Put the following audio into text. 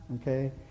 okay